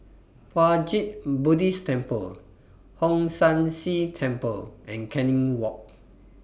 Puat Jit Buddhist Temple Hong San See Temple and Canning Walk